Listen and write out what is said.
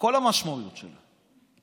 כל המשמעויות שלה.